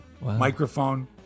Microphone